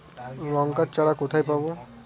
লঙ্কার চারা কোথায় পাবো?